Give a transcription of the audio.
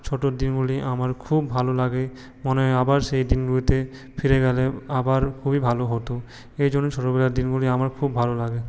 ছোটোর দিনগুলি আমার খুব ভালো লাগে মনে হয় আবার সেই দিনগুলিতে ফিরে গেলে আবার খুবই ভালো হতো এই জন্য ছোটোবেলার দিনগুলি আমার খুব ভালো লাগে